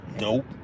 Nope